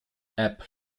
app